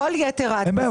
אין בעיה,